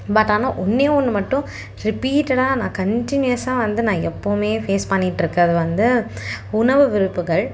but ஆனால் ஒன்றே ஒன்று மட்டும் ரிப்பீட்டடாக நான் கண்டினியூயஸாக வந்து நான் எப்போவுமே ஃபேஸ் பண்ணிகிட்டு இருக்கிறது வந்து உணவு விருப்புகள்